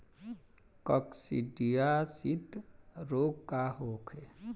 काकसिडियासित रोग का होखे?